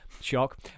shock